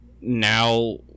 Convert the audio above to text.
now